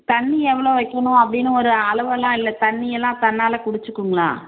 தண்ணி எவ்வளோ வைக்கணும் அப்படின்னு ஒரு அளவெல்லாம் இல்லை தண்ணி எல்லாம் தன்னால் குடிச்சுக்குங்களா